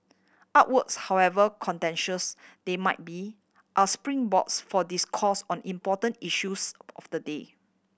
artworks however contentious they might be are springboards for discourse on important issues of the day